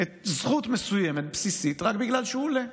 זכות מסוימת, בסיסית, רק בגלל שהוא עולה.